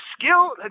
skill